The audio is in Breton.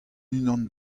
unan